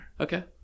Okay